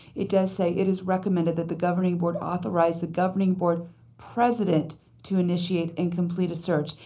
it does say, it is recommended that the governing board authorize the governing board president to initiate and complete a search.